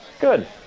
Good